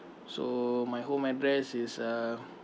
so my home address is uh